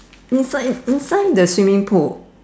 inside inside the swimming pool